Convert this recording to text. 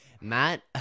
Matt